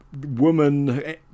woman